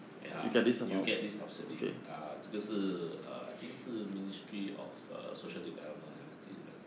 ya you get this subsidy uh 真的是 err I think 是 ministry of uh social development I must think 的